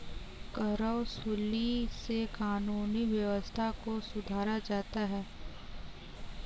करवसूली से कानूनी व्यवस्था को सुधारा जाता है